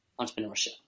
entrepreneurship